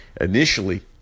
initially